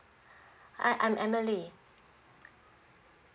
hi I'm emily